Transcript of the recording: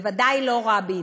בוודאי לא רבין.